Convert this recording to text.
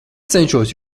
cenšos